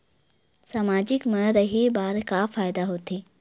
सामाजिक मा रहे बार का फ़ायदा होथे?